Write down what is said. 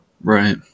Right